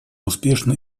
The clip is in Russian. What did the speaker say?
успешно